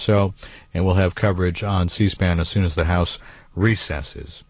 so and we'll have coverage on c span as soon as the house recesses